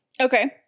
Okay